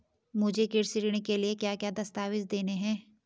मुझे कृषि ऋण के लिए क्या क्या दस्तावेज़ देने हैं?